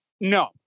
no